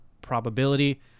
probability